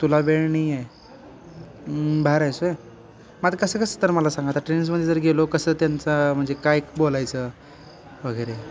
तुला वेळ नाही आहे बाहेर आहेस होय मग आता कसं कसं तर मला सांग आता ट्रेंड्समध्ये जर गेलो कसं त्यांचा म्हणजे काय बोलायचं वगैरे